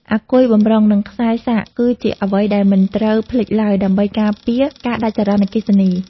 អាគុយបម្រុង និង ខ្សែសាកគឺជាអ្វីដែលមិនត្រូវភ្លេចឡើយដើម្បីការពារការដាច់ចរន្តអគ្គិសនី។